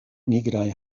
nigraj